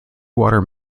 water